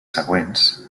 següents